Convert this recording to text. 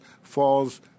falls